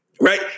Right